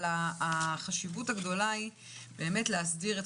החשיבות הגדולה היא באמת להסדיר את